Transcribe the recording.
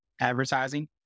advertising